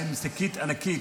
היה עם שקית ענקית,